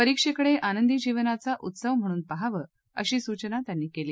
परिक्षेकडे आंनदी जीवनाचा उत्सव म्हणून पाहावं अशी सूचना त्यांनी केली